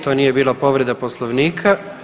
To nije bila povreda Poslovnika.